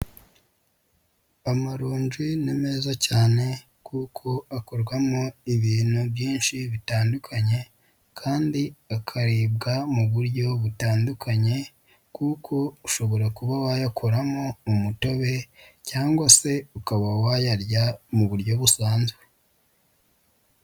Amaronji ni meza cyane kuko akorwamo ibintu byinshi bitandukanye kandi akaribwa mu buryo butandukanye kuko ushobora kuba wayakoramo umutobe cyangwa se ukaba wayarya mu buryo busanzwe.